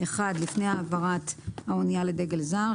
לפני העברת האנייה לדגל זר.